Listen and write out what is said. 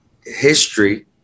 history